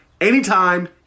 anytime